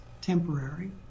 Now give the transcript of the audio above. temporary